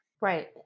right